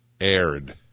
aired